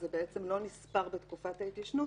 זה לא נספר בתקופת ההתיישנות,